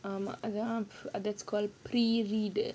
um err that [one] err that's called pre read